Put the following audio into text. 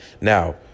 Now